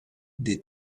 des